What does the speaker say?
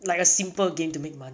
like a simple game to make money